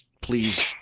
please